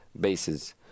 bases